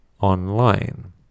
online